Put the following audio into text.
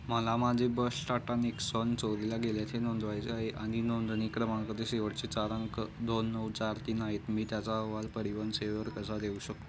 मला माझे बश टाटा निक्सॉन चोरीला गेल्याचे नोंदवायचे आहे आणि नोंदणी क्रमांक दे शेवटचे चार अंक दोन नऊ चार तीन आहेत मी त्याचा अहवाल परिवहन सेवेवर कसा देऊ शक